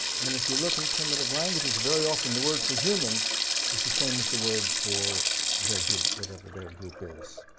and if you look in primitive languages, very often the word for human is the same as the word for their group whatever their group is.